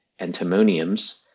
Antimoniums